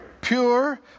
pure